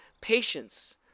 patience